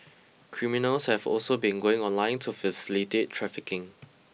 criminals have also been going online to facilitate trafficking